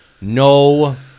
no